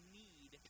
need